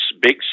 big